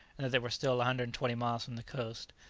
and that they were still one hundred and twenty miles from the coast.